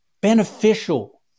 beneficial